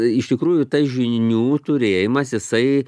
iš tikrųjų tai žinių turėjimas jisai